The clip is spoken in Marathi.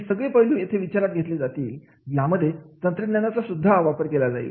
हे सगळे पैलू येथे विचारात घेतले जातील यामध्ये तंत्रज्ञानाचा सुद्धा वापर केला जाईल